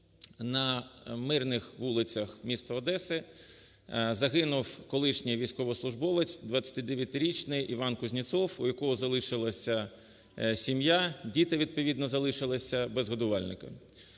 на мирних вулицях міста Одеси загинув колишній військовослужбовець 29-річний ІванКузнецов, у якого залишилася сім'я, діти, відповідно, залишилися без годувальника.